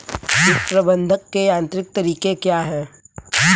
कीट प्रबंधक के यांत्रिक तरीके क्या हैं?